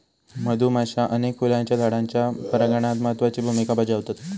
मधुमाश्या अनेक फुलांच्या झाडांच्या परागणात महत्त्वाची भुमिका बजावतत